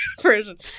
version